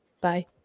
Bye